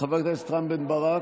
חבר הכנסת רם בן ברק,